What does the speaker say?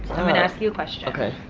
i'm gonna ask you a question. okay.